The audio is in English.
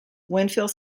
winfield